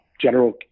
General